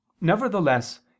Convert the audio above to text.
nevertheless